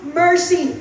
mercy